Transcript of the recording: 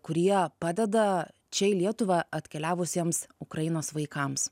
kurie padeda čia į lietuvą atkeliavusiems ukrainos vaikams